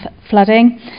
flooding